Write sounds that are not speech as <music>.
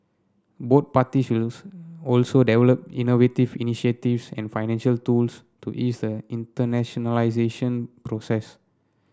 both parties will <unintelligible> also develop innovative initiatives and financial tools to ease the internationalisation process